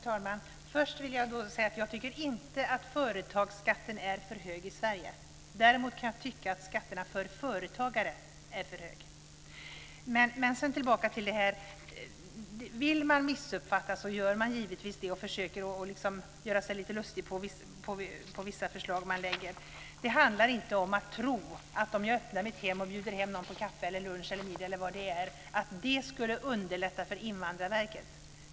Herr talman! Först vill jag säga att jag inte tycker att företagsskatten är för hög i Sverige. Däremot kan jag tycka att skatterna för företagare är för hög. Om man vill missuppfatta gör man givetvis det och försöker göra sig lustig över vissa förslag som läggs. Det handlar inte om att tro att om man öppnar sitt hem och bjuder hem någon på kaffe, lunch eller middag skulle det underlätta för Invandrarverket.